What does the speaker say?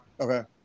Okay